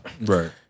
Right